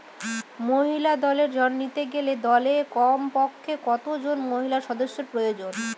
মহিলা দলের ঋণ নিতে গেলে দলে কমপক্ষে কত জন মহিলা সদস্য প্রয়োজন?